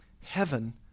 Heaven